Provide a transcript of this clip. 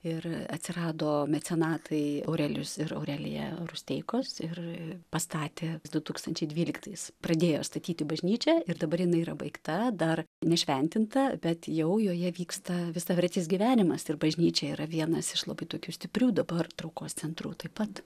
ir atsirado mecenatai aurelijus ir aurelija rusteikos ir pastatė du tūkstančiai dvyliktais pradėjo statyti bažnyčią ir dabar jinai yra baigta dar nešventinta bet jau joje vyksta visavertis gyvenimas ir bažnyčia yra vienas iš labai tokių stiprių dabar traukos centrų taip pat